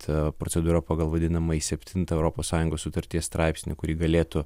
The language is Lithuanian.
ta procedūra pagal vadinamąjį septintą europos sąjungos sutarties straipsnį kurį galėtų